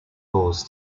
rules